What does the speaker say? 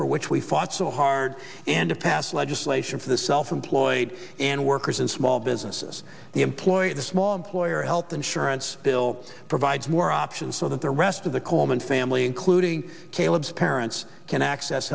for which we fought so hard and to pass legislation for the self employed and workers and small businesses the employer the small oir health insurance bill provides more options so that the rest of the coleman family including caleb's parents can access